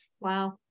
Wow